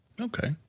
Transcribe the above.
Okay